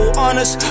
honest